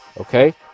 Okay